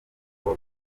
uko